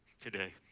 today